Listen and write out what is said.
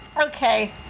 Okay